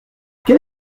quel